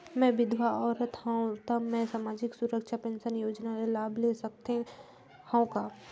मैं विधवा औरत हवं त मै समाजिक सुरक्षा पेंशन योजना ले लाभ ले सकथे हव का?